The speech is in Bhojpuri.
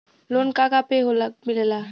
लोन का का पे मिलेला?